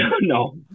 No